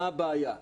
מה הבעיה?